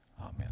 Amen